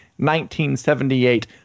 1978